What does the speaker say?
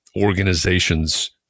organizations